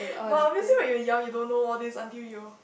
but obviously when you are young you don't know all these until you